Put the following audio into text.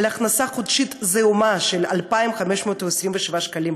על הכנסה חודשית זעומה של 2,527 שקלים,